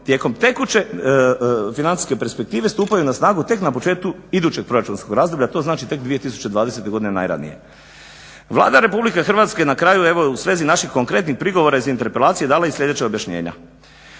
tijekom tekuće financijske perspektive stupaju na snagu tek na početku idućeg proračunskog razdoblja. To znači tek 2020. godine najranije. Vlada Republike Hrvatske na kraju evo u svezi naših konkretnih prigovora iz interpelacije dala je i sljedeća objašnjenja.